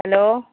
hello